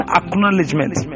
acknowledgement